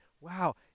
wow